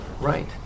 Right